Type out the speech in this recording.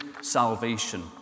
salvation